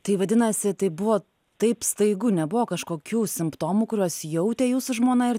tai vadinasi tai buvo taip staigu nebuvo kažkokių simptomų kuriuos jautė jūsų žmona ir